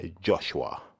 Joshua